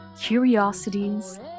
curiosities